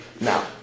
Now